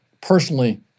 personally